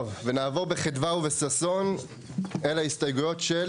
טוב, ונעבור בחדווה ובששון אל ההסתייגויות של